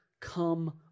come